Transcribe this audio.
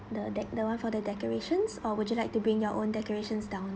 the that that [one] for the decorations or would you like to bring your own decorations down